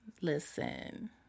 Listen